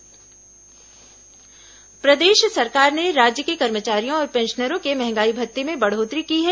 महंगाई भत्ता प्रदेश सरकार ने राज्य के कर्मचारियों और पेंशनरों के महंगाई भत्ते में बढ़ोत्तरी की है